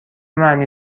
معنی